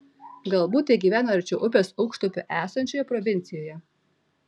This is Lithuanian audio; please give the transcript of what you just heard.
galbūt jie gyveno arčiau upės aukštupio esančioje provincijoje